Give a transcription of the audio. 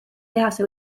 tehase